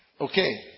Okay